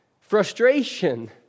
frustration